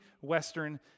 Western